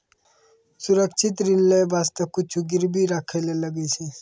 सुरक्षित ऋण लेय बासते कुछु गिरबी राखै ले लागै छै